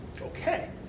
Okay